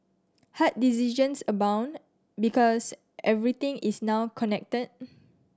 hard decisions abound because everything is now connected